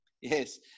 Yes